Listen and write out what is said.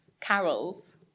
carols